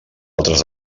altres